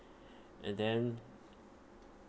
and then